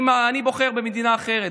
אני בוחר במדינה אחרת.